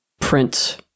print